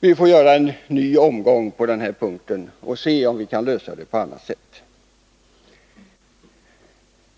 vi får göra en ny omgång på den här punkten och se om vi kan lösa frågan på annat sätt.